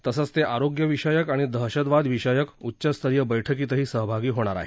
तसंच ते आरोग्यविषयक आणि दहशतवादविषयक उच्चस्तरीय बैठकीतही सहभागी होणार आहेत